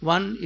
One